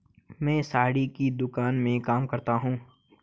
मैं साड़ी की दुकान में काम करता हूं